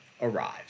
arrive